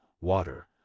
Water